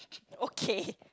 okay